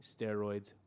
steroids